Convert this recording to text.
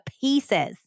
pieces